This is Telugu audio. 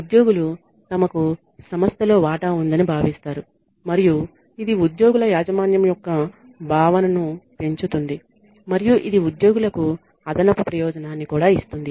ఉద్యోగులు తమకు సంస్థలో వాటా ఉందని భావిస్తారు మరియు ఇది ఉద్యోగుల యాజమాన్యం యొక్క భావనను పెంచుతుంది మరియు ఇది ఉద్యోగులకు అదనపు ప్రయోజనాన్ని కూడా ఇస్తుంది